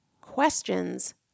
Questions